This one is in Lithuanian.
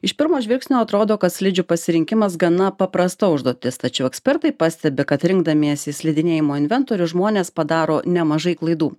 iš pirmo žvilgsnio atrodo kad slidžių pasirinkimas gana paprasta užduotis tačiau ekspertai pastebi kad rinkdamiesi slidinėjimo inventorių žmonės padaro nemažai klaidų